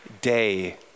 day